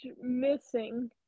missing